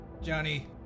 Johnny